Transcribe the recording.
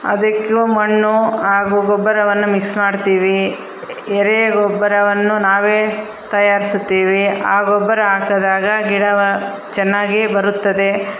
ಅದಕ್ಕೂ ಮಣ್ಣು ಹಾಗೂ ಗೊಬ್ಬರವನ್ನು ಮಿಕ್ಸ್ ಮಾಡ್ತೀವಿ ಎರೆಗೊಬ್ಬರವನ್ನು ನಾವೇ ತಯಾರಿಸುತ್ತೀವಿ ಆ ಗೊಬ್ಬರ ಹಾಕದಾಗ ಗಿಡವು ಚೆನ್ನಾಗಿ ಬರುತ್ತದೆ